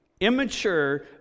immature